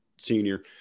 senior